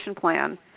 plan